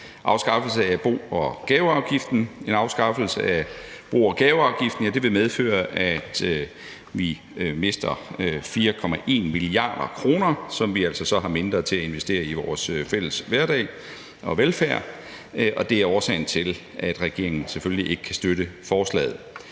En afskaffelse af bo- og gaveafgiften vil medføre, at vi mister 4,1 mia. kr., som vi altså så har mindre til at investere i vores fælles hverdag og velfærd, og det er årsagen til, at regeringen selvfølgelig ikke kan støtte forslaget.